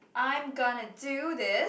I'm gonna do this